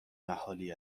اهالی